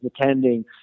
attending